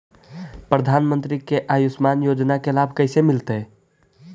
प्रधानमंत्री के आयुषमान योजना के लाभ कैसे मिलतै?